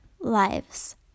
lives